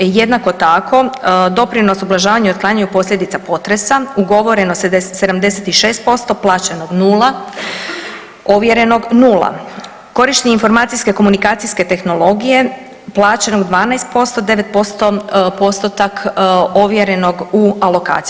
Jednako tako, doprinos ublažavanja i otklanjanju posljedica potresa, ugovoreno 76%, plaćeno 0, ovjerenog 0. Korištenje informacijske komunikacijske tehnologije, plaćeno 12%, 9% postotak ovjerenog u alokaciji.